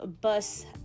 bus